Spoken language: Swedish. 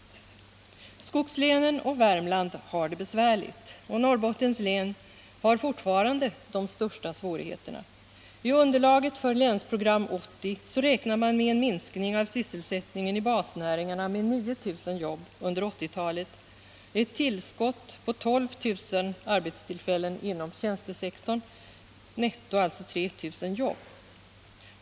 Skogslänen och Värmland har det besvärligt, och Norrbottens län har fortfarande de största svårigheterna. I underlaget för Länsprogram 80 räknar man med en minskning av sysselsättningen i basnäringarna med 9 000 jobb under 1980-talet och ett tillskott på 12000 arbetstillfällen inom tjänstesektorn, dvs. netto 3 000 jobb.